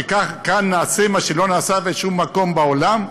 שכאן נעשה מה שלא נעשה בשום מקום בעולם?